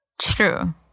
True